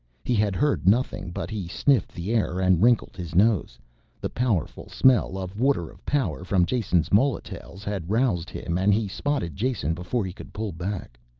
he had heard nothing but he sniffed the air and wrinkled his nose the powerful smell of water-of-power from jason's molotails had roused him and he spotted jason before he could pull back.